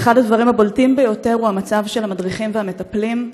אחד הדברים הבולטים ביותר הוא המצב של המדריכים והמטפלים,